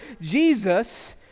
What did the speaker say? Jesus